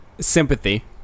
sympathy